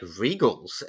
regals